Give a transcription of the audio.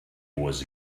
was